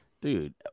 dude